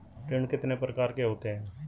ऋण कितने प्रकार के होते हैं?